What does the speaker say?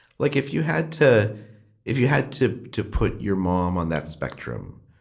like, if you had to if you had to, to put your mom on that spectrum,